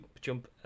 jump